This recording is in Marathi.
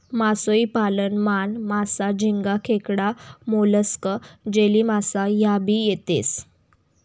मासोई पालन मान, मासा, झिंगा, खेकडा, मोलस्क, जेलीमासा ह्या भी येतेस